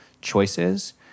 choices